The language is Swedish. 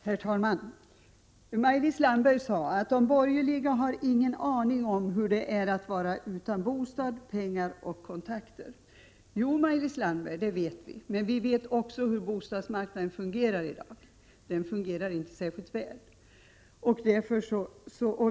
Herr talman! Maj-Lis Landberg sade att de borgerliga inte har någon aning om hur det är att vara utan bostad, pengar och kontakter. Jo, det vet vi, men vi vet också hur bostadsmarknaden fungerar i dag, nämligen inte särskilt väl.